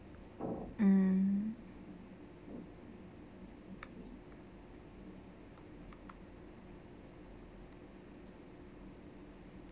mm